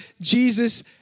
Jesus